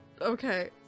okay